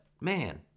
man